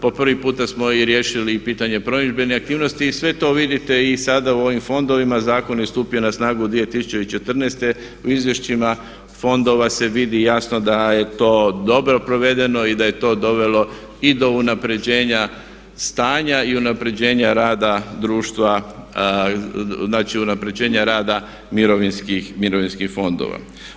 Po prvi puta smo i riješili pitanje promidžbene aktivnosti i sve to vidite i sada u ovim fondovima, zakon je stupio na snagu 2014., u izvješćima fondova se vidi jasno da je to dobro provedeno i da je to dovelo i do unapređenja stanja i unapređenja rada društva znači unapređenja rada mirovinskih fondova.